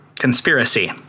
conspiracy